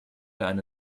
eine